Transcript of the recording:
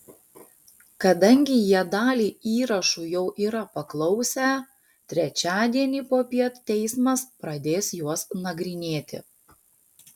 kadangi jie dalį įrašų jau yra paklausę trečiadienį popiet teismas pradės juos nagrinėti